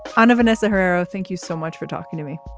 kind of vanessa herrero, thank you so much for talking to me.